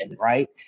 right